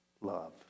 love